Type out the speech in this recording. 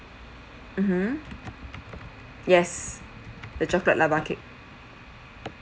mmhmm yes the chocolate lava cake